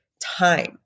time